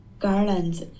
garlands